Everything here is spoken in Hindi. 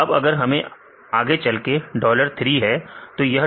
अब अगर हम आगे चलें डॉलर 3 तो यह डॉलर 3 क्या है